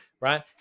right